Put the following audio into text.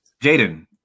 Jaden